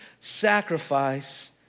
sacrifice